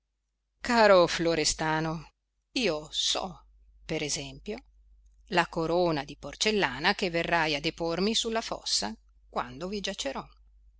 continuo caro florestano io so per esempio la corona di porcellana che verrai a depormi sulla fossa quando vi giacerò